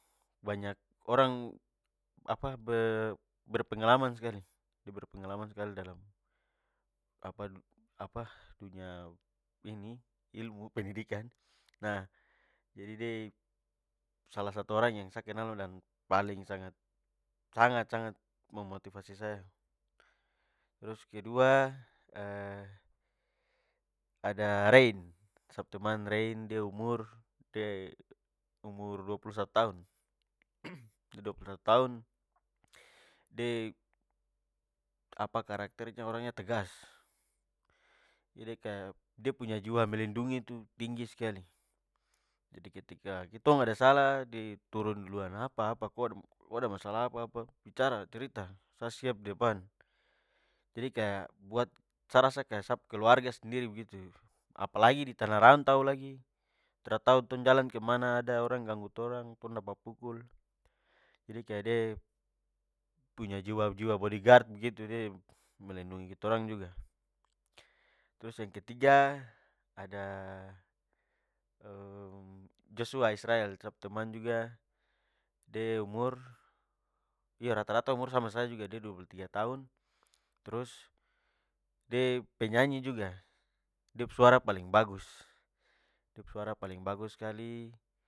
Banyak orang apa be- berpengalaman skali de berpengalaman skali dalam apa apa punya ilmu pendidikan. Jadi de salah satu orang yang sa kenal paling sangat, sengat sangat memotivasi saya. Trus kedua, ada rein. Sa pu teman rein, de umur de dua puluh satu tahun. De dua puluh satu tahun, de karaternya orangnya tegas. De pu jiwa melindungi tu tinggi skali. Jadi ketika ketong ada salah, de turun duluan, apa apa ko ada ko ada- masalah apa apa, bicara, cerita sa siap depan! Jadi kaya buat sa rasa kaya sa pu keluarga sendiri begitu, apalagi di tanah rantau lagi. Tra tau tong jalan kemana ada orang ganggu torang, tong dapat pukul jadi kaya de punya jiwa-jiwa bodyguard begitu. De melindungi ketorang juga. Trus yang ketiga, ada josua israel sa pu teman juga. De umur, ya rata-rata umur sama, saya juga, de dua putiga luh dua puluh tiga tahun. Trus de penyanyi juga, de pu suara paling bagus de pusuara paling bagus skali.